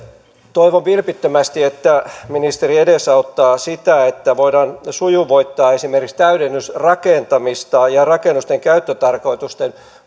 toivon vilpittömästi että ministeri edesauttaa sitä että voidaan sujuvoittaa esimerkiksi täydennysrakentamista ja rakennusten käyttötarkoitusten